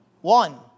One